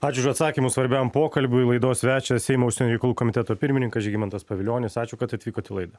ačiū už atsakymus svarbiam pokalbiui laidos svečias seimo užsienio reikalų komiteto pirmininkas žygimantas pavilionis ačiū kad atvykot į laidą